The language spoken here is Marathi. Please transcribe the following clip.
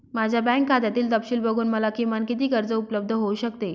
माझ्या बँक खात्यातील तपशील बघून मला किमान किती कर्ज उपलब्ध होऊ शकते?